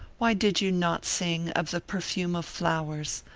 why did you not sing of the perfume of flowers,